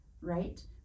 right